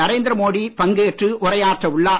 நரேந்திர மோடி பங்கேற்று உரையாற்ற உள்ளார்